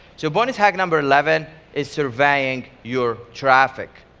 so bonus hack number eleven is, surveying your traffic.